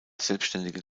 selbstständige